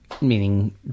meaning